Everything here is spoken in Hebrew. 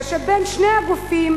ושבין שני הגופים,